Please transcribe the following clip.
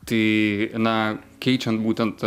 tai na keičiant būtent